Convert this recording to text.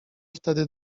wtedy